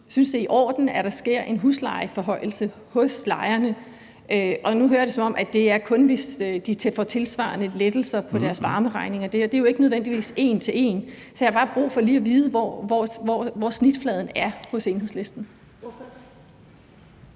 synes, det er i orden, at der sker en huslejeforhøjelse for lejerne? Nu hører jeg det, som om det kun er, hvis de får tilsvarende lettelser på deres varmeregninger. Det her er jo ikke nødvendigvis en til en. Så jeg har bare brug for lige at vide, hvor snitfladen er hos Enhedslisten. Kl.